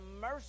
mercy